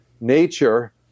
nature